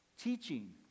teaching